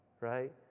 right